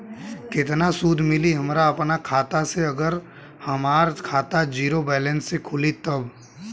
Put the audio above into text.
केतना सूद मिली हमरा अपना खाता से अगर हमार खाता ज़ीरो बैलेंस से खुली तब?